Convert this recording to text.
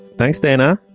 thanks, dana.